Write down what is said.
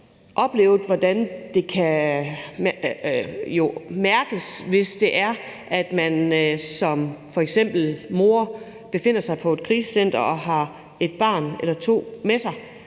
oplevet, hvordan det kan mærkes, hvis man som f.eks. mor befinder sig på et krisecenter og har et barn eller to med sig